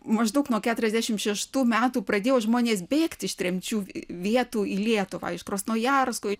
maždaug nuo keturiasdešimt šeštų metų pradėjo žmonės bėgti iš tremčių vietų į lietuvą iš krasnojarsko